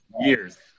years